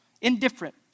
indifferent